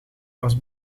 was